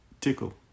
Tickle